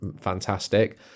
fantastic